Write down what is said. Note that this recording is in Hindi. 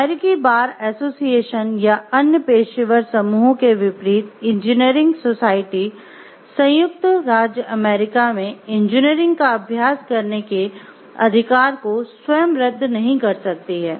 अमेरिकी बार एसोसिएशन या अन्य पेशेवर समूहों के विपरीत इंजीनियरिंग सोसायटी संयुक्त राज्य अमेरिका में इंजीनियरिंग का अभ्यास करने के अधिकार को स्वयं रद्द नहीं कर सकती हैं